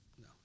No